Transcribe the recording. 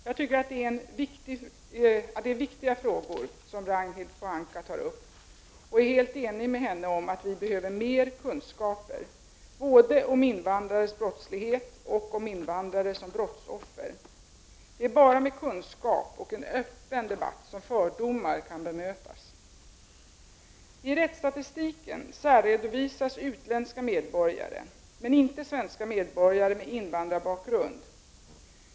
Jag tycker att det är viktiga frågor som Ragnhild Pohanka tar upp och är helt enig med henne om att vi behöver mer kunskaper både om invandrares brottslighet och om invandrare som brottsoffer. Det är bara med kunskap och öppen debatt som fördomar kan bemötas. I rättsstatistiken särredovisas utländska medborgare men inte svenska medborgare med invandrarbakgrund.